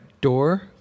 door